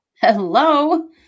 Hello